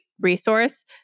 resource